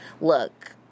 look